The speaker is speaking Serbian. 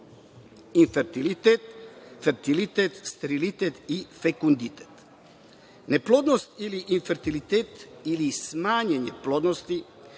infertilitet, fertilitet, sterilitet i fekondidet. Neplodnost ili infertilitet ili smanjena plodnost